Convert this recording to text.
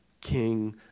king